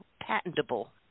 patentable